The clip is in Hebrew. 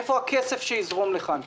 איפה הכסף שיזרום לכאן?